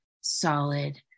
solid